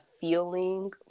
feeling